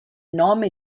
nome